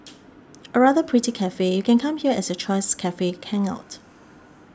a rather pretty cafe you can come here as your choice cafe can out